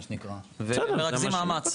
מה שנקרא ומרכזים מאמץ.